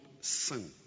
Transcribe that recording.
sin